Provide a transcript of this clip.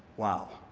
wow!